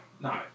No